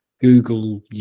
google